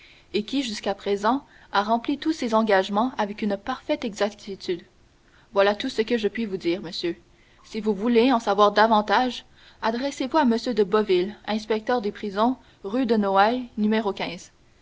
et qui jusqu'à présent a rempli tous ses engagements avec une parfaite exactitude voilà tout ce que je puis vous dire monsieur si vous voulez en savoir davantage adressez-vous à m de boville inspecteur des prisons rue de noailles